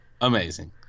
Amazing